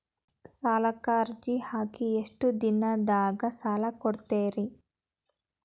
ಸಾಲಕ ಅರ್ಜಿ ಹಾಕಿ ಎಷ್ಟು ದಿನದಾಗ ಸಾಲ ಕೊಡ್ತೇರಿ?